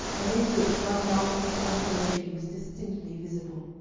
amid which one mountainous undulation was distinctly visible.